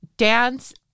Dance